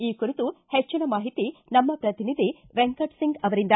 ಈ ಕುರಿತು ಹೆಚ್ಚಿನ ಮಾಹಿತಿ ನಮ್ನ ಪ್ರತಿನಿಧಿ ವೆಂಕಟಸಿಂಗ್ ಅವರಿಂದ